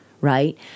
right